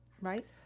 Right